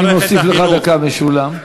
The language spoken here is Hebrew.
אני מוסיף לך דקה, משולם.